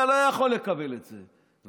אתה לא יכול לקבל את זה.